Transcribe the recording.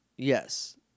Yes